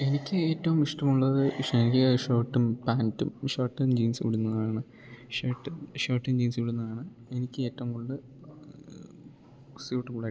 എനിക്ക് ഏറ്റവും ഇഷ്ടമുള്ളത് ചെറിയ ഷർട്ടും പാന്റും ഷർട്ടും ജീൻസും ഇടുന്നതാണെന്ന് ഷർട്ട് ഷർട്ടും ജീൻസും ഇടുന്നതാണ് എനിക്ക് ഏറ്റവും കൂടുതൽ സ്യൂട്ടബിളായിട്ട് ഉള്ളത്